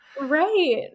Right